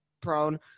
prone